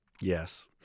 Yes